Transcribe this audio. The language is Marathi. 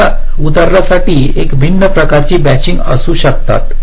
तर या उदाहरणासाठी एक भिन्न प्रकारची मॅचिंग असू शकतात